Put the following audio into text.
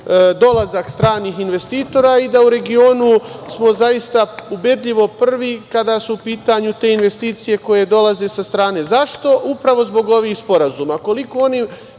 dolazak stranih investitora i da u regionu smo zaista ubedljivo prvi kada su pitanju te investicije koje dolaze sa strane. Zašto? Upravo zbog ovih sporazuma.